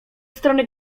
strony